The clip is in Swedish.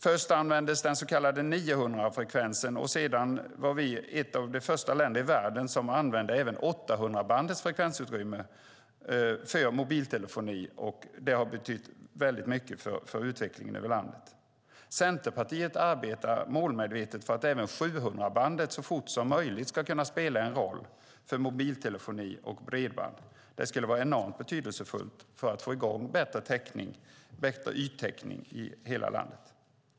Först användes den så kallade 900-frekvensen, och sedan var vi ett av de första länderna i världen som använde även 800-bandets frekvensutrymme för mobiltelefoni. Det har betytt mycket för utvecklingen över landet. Centerpartiet arbetar målmedvetet för att även 700-bandet så fort som möjligt ska kunna spela en roll för mobiltelefoni och bredband. Det skulle vara enormt betydelsefullt för att få i gång bättre yttäckning i hela landet.